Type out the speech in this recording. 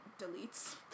deletes